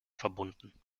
verbunden